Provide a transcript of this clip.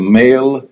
male